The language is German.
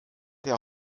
herr